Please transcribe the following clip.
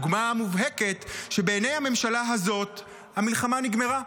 דוגמה מובהקת לכך שבעיני הממשלה הזאת המלחמה נגמרה.